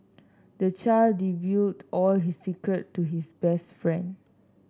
the child all his secret to his best friend